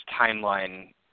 timeline